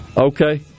okay